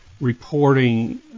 reporting